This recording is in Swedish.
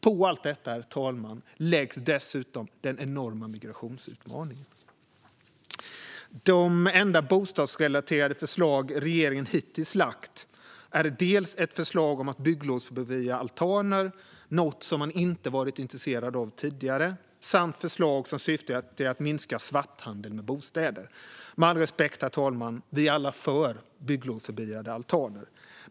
På allt detta, herr talman, läggs dessutom den enorma migrationsutmaningen. De enda bostadsrelaterade förslag som regeringen hittills har lagt fram är dels ett förslag om att bygglovsbefria altaner, något man inte varit intresserad av tidigare, dels förslag som syftar till att minska svarthandel med bostäder. Med all respekt, herr talman: Vi är alla för bygglovsbefriade altaner.